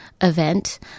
event